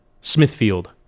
Smithfield